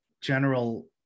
general